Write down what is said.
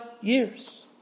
years